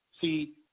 See